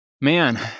man